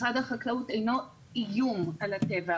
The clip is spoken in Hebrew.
משרד החקלאות אינו איום על הטבע,